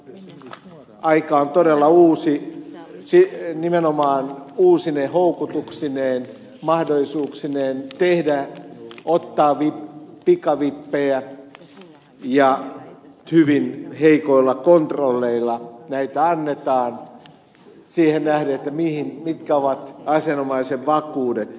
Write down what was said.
aika on todella uusi nimenomaan uusine houkutuksineen mahdollisuuksineen ottaa pikavippejä ja hyvin heikoilla kontrolleilla näitä annetaan siihen nähden mitkä ovat asianomaisen vakuudet